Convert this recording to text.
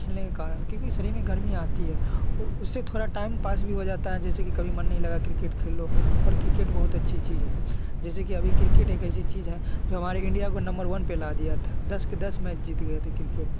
खेलने के कारण क्योंकि शरीर में गर्मी आती है वो उससे थोड़ा टाइमपास भी हो जाता है जैसे कि कभी मन नहीं लगा क्रिकेट खेलो और क्रिकेट बहुत अच्छी चीज़ है जैसे कि अभी किर्केट एक ऐसी चीज़ है जो हमारे इंडिया को नंबर वन पर ला दिया था दस के दस मैच जीत गए थे क्रिकेट